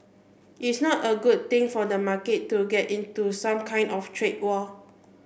it's not a good thing for the market to get into some kind of trade war